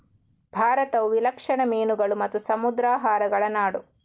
ಭಾರತವು ವಿಲಕ್ಷಣ ಮೀನುಗಳು ಮತ್ತು ಸಮುದ್ರಾಹಾರಗಳ ನಾಡು